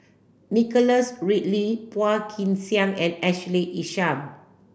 Nicholas Ridley Phua Kin Siang and Ashley Isham